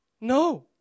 No